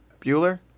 Bueller